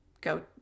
go